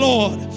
Lord